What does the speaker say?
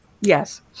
Yes